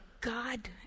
God